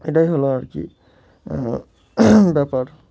এটাই হলো আর কি ব্যাপার